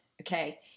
Okay